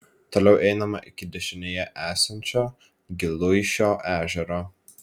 toliau einama iki dešinėje esančio giluišio ežero